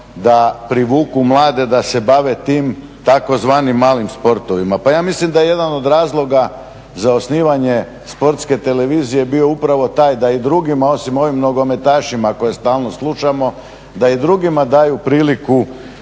da privuku mlade da se bave tim tzv. malim sportovima. Pa ja mislim da je jedan od razloga za osnivanje Sportske televizije bio upravo taj da i drugima osim ovim nogometašima koje stalno slušamo, da i drugima daju priliku